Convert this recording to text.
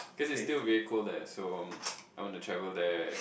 because it's still very cold there so I wanna travel there